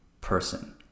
person